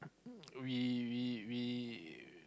um we we we